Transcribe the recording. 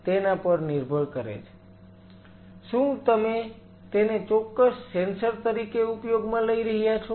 તેના પર નિર્ભર કરે છે શું તમે તેને ચોક્કસ સેન્સર તરીકે ઉપયોગમાં લઈ કરી રહ્યા છો